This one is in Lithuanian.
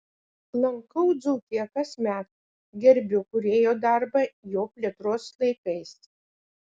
lankau dzūkiją kasmet gerbiu kūrėjo darbą jo plėtros laikais